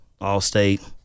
Allstate